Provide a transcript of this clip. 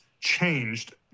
changed